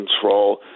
control